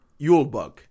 Yulebug